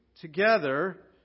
Together